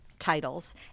titles